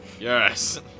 Yes